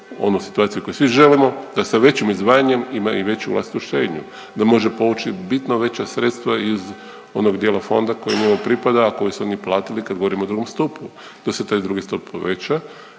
onu situaciju koju svi želimo, da sa većim izdvajanjem ima i veću vlastitu štednju, da može povući bitno veća sredstva iz onog dijela fonda koji njemu pripada, a koji su oni platili kad govorim o drugom stupu, da se taj drugi stup poveća